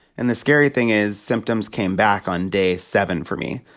and the scary thing is symptoms came back on day seven for me.